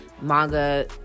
manga